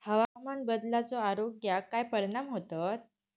हवामान बदलाचो आरोग्याक काय परिणाम होतत?